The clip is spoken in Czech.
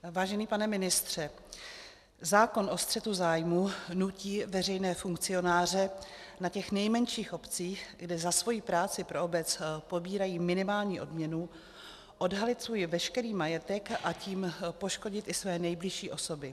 Vážený pane ministře, zákon o střetu zájmů nutí veřejné funkcionáře na těch nejmenších obcích, kde za svoji práci pro obec pobírají minimální odměnu, odhalit svůj veškerý majetek, a tím poškodit i své nejbližší osoby.